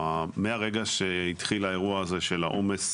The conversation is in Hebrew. מהרגע שהתחיל האירוע הזה של העומס,